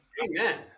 Amen